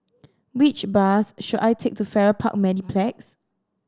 which bus should I take to Farrer Park Mediplex